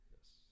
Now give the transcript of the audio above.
Yes